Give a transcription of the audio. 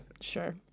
sure